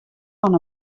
fan